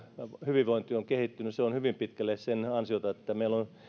hyvinvointi ovat kehittyneet on on hyvin pitkälle sen ansiota että meillä on